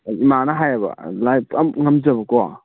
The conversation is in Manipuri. ꯑꯩ ꯏꯃꯥꯅ ꯍꯥꯏꯌꯦꯕ ꯂꯥꯏꯗ ꯉꯝꯖ ꯉꯝꯖꯕꯀꯣ